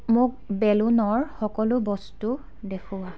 মোক বেলুনৰ সকলো বস্তু দেখুওৱা